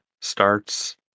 starts